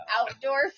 Outdoor